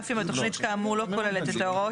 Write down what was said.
אף אם התוכנית כאמור לא כוללת את ההוראות